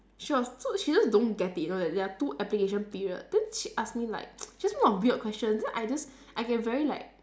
she was so she just don't get it you know that there are two application period then she ask me like she ask me about weird questions then I just I get very like